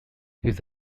his